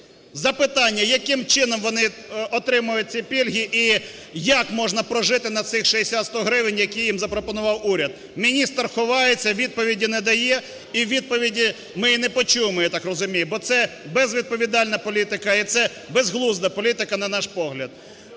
Запитання: яким чином вони отримають ці пільги і як можна прожити на цих 60-100 гривень, які їм запропонував уряд? Міністр ховається, відповіді не дає і відповіді ми і не почуємо, я так розумію, бо це безвідповідальна політика і це безглузда політика, на наш погляд.